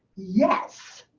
yes,